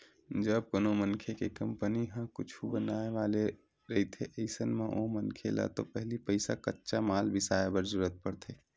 जब कोनो मनखे के कंपनी ह कुछु बनाय वाले रहिथे अइसन म ओ मनखे ल तो पहिली पइसा कच्चा माल बिसाय बर जरुरत पड़थे